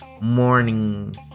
morning